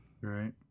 right